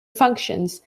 functions